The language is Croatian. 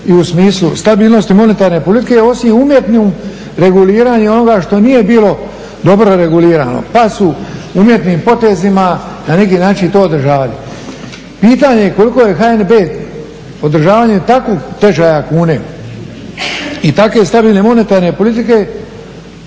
i u smislu stabilnosti monetarne politike osim umjetnim reguliranjem onoga što nije bilo dobro regulirano. Pa su umjetnim potezima na neki način to održavali. Pitanje je koliko je HNB održavanjem takvog tečaja kune i takve stabilne monetarne politike